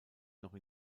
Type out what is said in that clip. noch